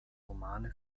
romane